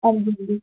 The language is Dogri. हंजी